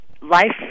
life